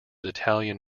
italian